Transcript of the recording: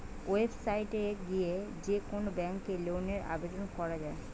website এ গিয়ে যে কোন ব্যাংকে লোনের আবেদন করা যায়